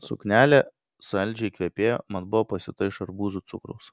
suknelė saldžiai kvepėjo mat buvo pasiūta iš arbūzų cukraus